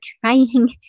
trying